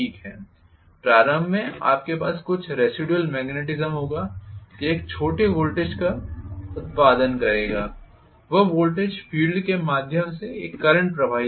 प्रारंभ में आपके पास कुछ रेसिडुयल मॅगनेटिज़म होगा यह एक छोटे वोल्टेज का उत्पादन करेगा वह वोल्टेज फील्ड के माध्यम से एक करंट प्रवाहित करेगा